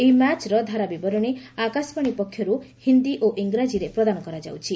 ଏହି ମ୍ୟାଚ୍ର ଧାରା ବିବରଣୀ ଆକାଶବାଣୀ ପକ୍ଷରୁ ହିନ୍ଦୀ ଓ ଇଂରାଜୀରେ ପ୍ରଦାନ କରାଯାଉଛି